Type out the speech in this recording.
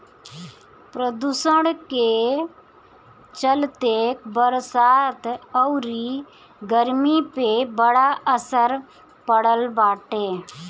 प्रदुषण के चलते बरसात अउरी गरमी पे बड़ा असर पड़ल बाटे